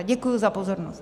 Děkuji za pozornost.